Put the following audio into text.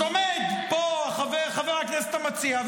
אז עומד פה חבר הכנסת המציע,